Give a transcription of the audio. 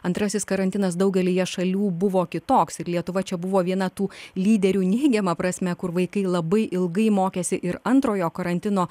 antrasis karantinas daugelyje šalių buvo kitoks ir lietuva čia buvo viena tų lyderių neigiama prasme kur vaikai labai ilgai mokėsi ir antrojo karantino